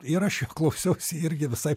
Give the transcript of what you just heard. ir aš jo klausiausi irgi visai